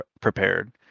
prepared